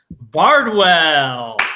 Bardwell